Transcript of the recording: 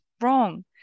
wrong